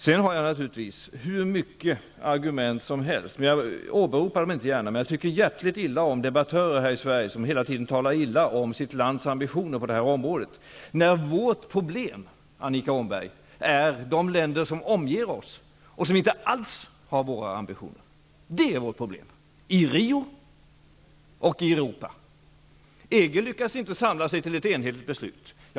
Jag har naturligtvis hur många argument som helst. Jag åberopar dem inte gärna. Men jag tycker hjärtligt illa om debattörer här i Sverige som hela tiden talar illa om sitt lands ambitioner på det här området, när vårt problem, Annika Åhnberg, är de länder som omger oss och som inte alls har våra ambitioner. Det är vårt problem, i Rio och i EG lyckas inte samla sig till ett enhetligt beslut.